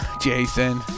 Jason